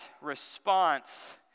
response